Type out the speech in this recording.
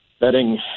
betting